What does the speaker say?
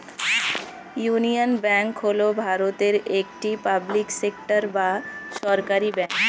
union Bank হল ভারতের একটি পাবলিক সেক্টর বা সরকারি ব্যাঙ্ক